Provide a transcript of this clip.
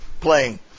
playing